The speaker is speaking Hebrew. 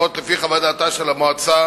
לפחות לפי חוות דעתה של המועצה